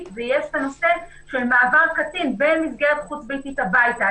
ויש את הנושא של מעבר קטין בין מסגרת חוץ-ביתית הביתה,